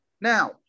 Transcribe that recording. Now